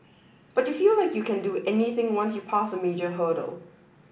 but you feel like you can do anything once you passed a major hurdle